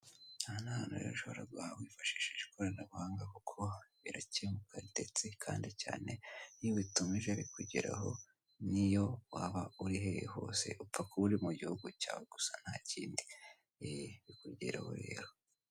Aha ni ahantu rero ushobora guhaha wifashishije ikoranabuhanga kuko birakemuka ndetse kandi cyane, iyo ubitumije bikugeraho n'iyo waba uri hehe hose, upfa kuba uri mu gihugu cyawe gusa nta kindi, ye! Bikugeraho rero.